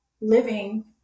living